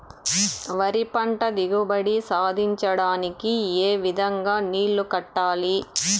వరి పంట దిగుబడి సాధించడానికి, ఏ విధంగా నీళ్లు కట్టాలి?